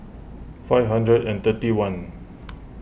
five hundred and thirty one